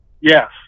yes